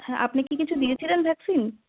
হ্যাঁ আপনি কিছু দিয়েছিলেন ভ্যাকসিন